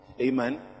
amen